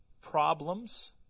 problems